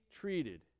treated